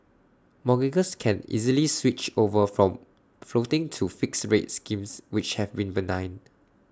mortgagors can easily switch over from floating to fixed rate schemes which have been benign